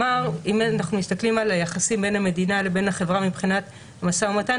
אם אנחנו מסתכלים על היחסים בין המדינה לבין החברה מבחינת משא ומתן,